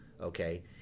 okay